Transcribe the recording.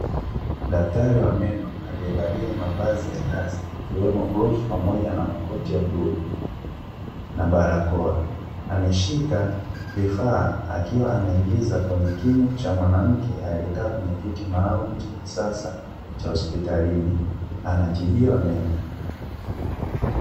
Daktari wa meno, aliyevalia mavazi ya kazi, ikiwemo glovu pamoja na makoti ya bluu na barakoa. Ameshika vifaa akiwa anaingiza kwenye kinywa cha mwanamke aliyekaa kwenye kiti maaalumu cha kisasa cha hospitalini, anatibiwa meno.